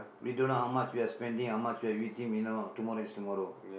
we don't know how much we are spending how much we are eating we know tomorrow is tomorrow